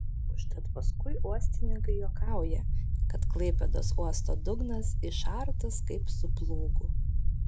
užtat paskui uostininkai juokauja kad klaipėdos uosto dugnas išartas kaip su plūgu